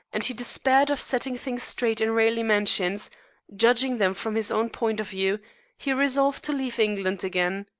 and he despaired of setting things straight in raleigh mansions judging them from his own point of view he resolved to leave england again.